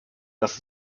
dass